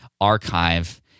archive